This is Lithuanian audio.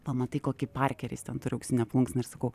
pamatai kokį parkerį jis ten turi auksine plunksna ir sakau